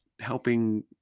helping